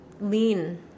lean